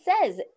says